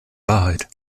wahrheit